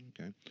Okay